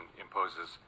imposes